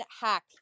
hack